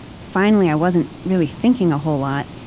finally, i wasn't really thinking a whole lot,